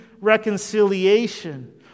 reconciliation